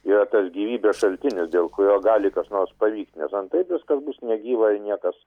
yra tas gyvybės šaltinis dėl kurio gali kas nors pavykt nes antraip viskas bus negyva niekas